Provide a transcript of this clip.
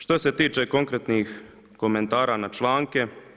Što se tiče konkretnih komentara na članke.